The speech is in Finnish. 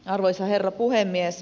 arvoisa herra puhemies